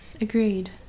Agreed